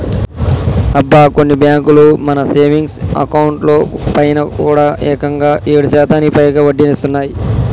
అబ్బా కొన్ని బ్యాంకులు మన సేవింగ్స్ అకౌంట్ లో పైన కూడా ఏకంగా ఏడు శాతానికి పైగా వడ్డీనిస్తున్నాయి